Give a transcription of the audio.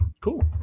cool